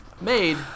Made